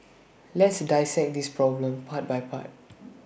let's dissect this problem part by part